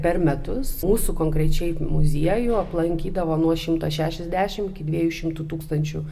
per metus mūsų konkrečiai muziejų aplankydavo nuo šimto šešiasdešimt iki dviejų šimtų tūkstančių